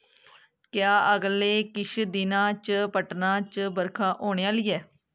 क्या अगले किश दिनां च पटना च बरखा होने आह्ली ऐ